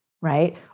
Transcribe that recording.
right